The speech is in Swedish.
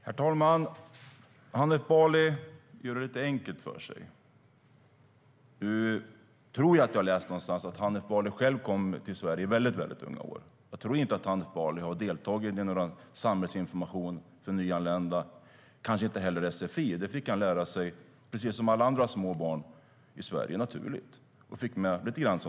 Herr talman! Hanif Bali gör det lite enkelt för sig. Jag tror att jag har läst någonstans att Hanif Bali kom till Sverige i mycket unga år. Jag tror inte att han har deltagit i någon samhällsinformation för nyanlända och kanske inte heller i sfi. Svenska fick han lära sig, precis som alla andra små barn, på ett naturligt sätt i Sverige. Man kan säga att han fick med sig det med modersmjölken.